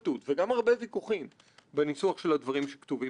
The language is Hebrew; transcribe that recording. אני חושב שזה הישג פרלמנטרי גדול של כולנו.